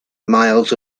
miles